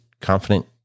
confident